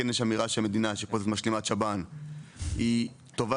כן יש פה אמירה שהמדינה משלימת שב"ן היא טובה